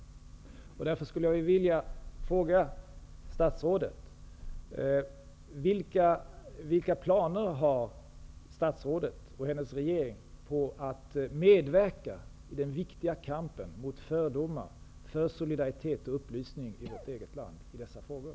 Därför skulle jag vilja fråga statsrådet: Vilka planer har statsrådet och hennes regering på att medverka i den viktiga kampen mot fördomar och för solidaritet och upplysning i vårt eget land i dessa frågor?